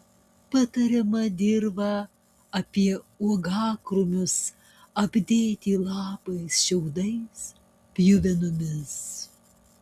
patariama dirvą apie uogakrūmius apdėti lapais šiaudais pjuvenomis